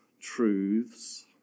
truths